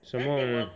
什么